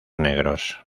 negros